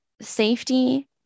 safety